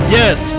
yes